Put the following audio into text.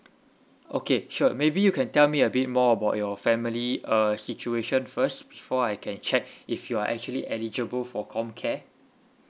okay sure maybe you can tell me a bit more about your family err situation first before I can check if you are actually eligible for comcare